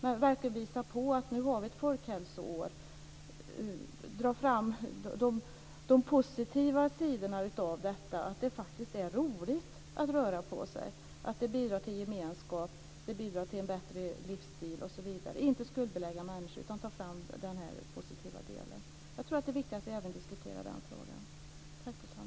Vi borde verkligen visa på att vi nu har ett folkhälsoår, dra fram de positiva sidorna av detta, att det faktiskt är roligt att röra på sig, att det bidrar till gemenskap, till en bättre livsstil osv. Vi ska inte skuldbelägga människor, utan ta fram den här positiva delen. Jag tror att det är viktigt att vi även diskuterar den frågan.